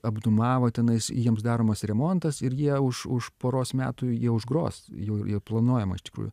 apdūmavo tenais jiems daromas remontas ir jie už už poros metų jie užgros jau ir planuojama iš tikrųjų